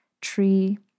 tree